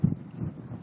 אוזניות,